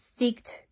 seeked